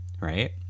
right